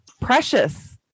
precious